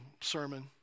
sermon